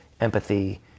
empathy